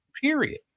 period